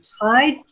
tied